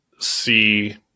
see